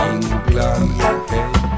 England